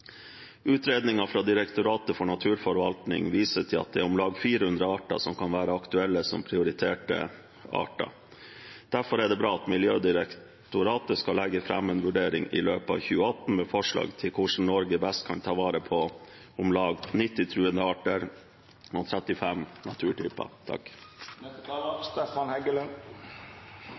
fra Direktoratet for naturforvaltning viser til at om lag 400 arter kan være aktuelle som prioriterte arter. Derfor er det bra at Miljødirektoratet skal legge fram en vurdering i løpet av 2018 med forslag til hvordan Norge best kan ta vare på om lag 90 truede arter og 35 naturtyper.